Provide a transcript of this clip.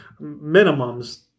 minimums